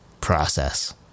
process